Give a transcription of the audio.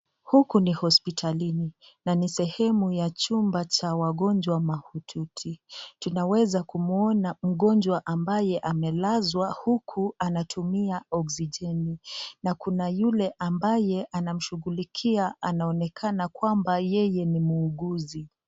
Huku ni hospitalini, nani sehemu ya chumba cha wagonjwa mahututi. Tunaweza kumuona mgonjwa ambaye amelazwa huku anatumia oxyjeni , na kuna yule ambaye anamshughulikia anaoneka kwamba yeye ni muuguzi.